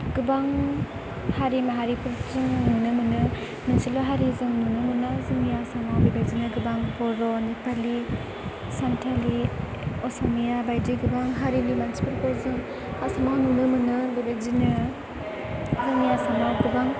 गोबां हारि माहारिफोर जों नुनो मोनो मोनसेल' हारि जों नुनो मोना जोंनि आसामाव बेबायदिनो गोबां बर' नेपालि सान्थालि असमिया बायदि गोबां हारिनि मानसिफोरखौ जों आसामाव नुनो मोनो बेबायदिनो जोंनि आसामाव गोबां